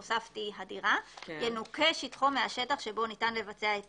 הוספתי: הדירה - ינוכה שטחו מהשטח שבו ניתן לבצע את